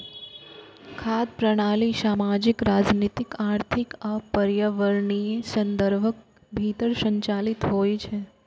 खाद्य प्रणाली सामाजिक, राजनीतिक, आर्थिक आ पर्यावरणीय संदर्भक भीतर संचालित होइ छै